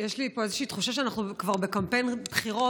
יש לי פה איזושהי תחושה שאנחנו כבר בקמפיין בחירות,